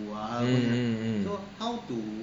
mm mm mm